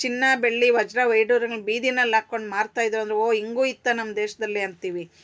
ಚಿನ್ನ ಬೆಳ್ಳಿ ವಜ್ರ ವೈಡೂರ್ಯಗಳನ್ ಬೀದಿನಲ್ಲಿ ಹಾಕ್ಕೊಂಡ್ ಮಾರ್ತಾಯಿದ್ರು ಅಂದರೆ ಓ ಹಿಂಗೂ ಇತ್ತ ನಮ್ಮ ದೇಶದಲ್ಲಿ ಅಂತೀವಿ